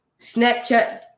Snapchat